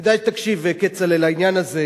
כצל'ה, כדאי שתקשיב לעניין הזה.